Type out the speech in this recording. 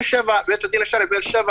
בבית הדין השרעי בבאר שבע